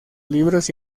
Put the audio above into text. libros